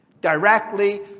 Directly